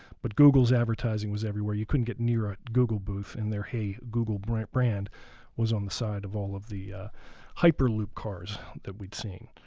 but google's advertising was everywhere. you couldn't get near a google booth and their hey, google brand brand was on the side of all the hyperloop cars that we'd seen.